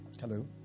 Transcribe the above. Hello